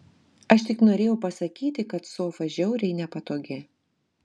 aš tik norėjau pasakyti kad sofa žiauriai nepatogi